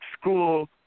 school